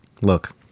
look